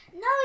No